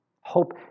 Hope